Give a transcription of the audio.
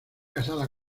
casada